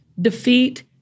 defeat